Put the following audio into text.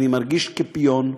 אני מרגיש כפיון,